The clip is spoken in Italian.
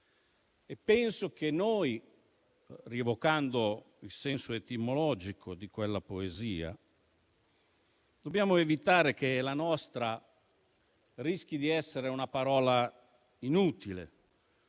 Penso che noi, rievocando il senso etimologico di quella poesia, dobbiamo evitare che la nostra rischi di essere una parola inutile,